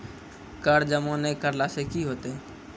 कर जमा नै करला से कि होतै?